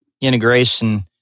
integration